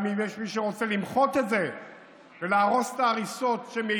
גם אם יש מי שרוצה למחות את זה ולהרוס את ההריסות שמעידות,